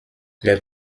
les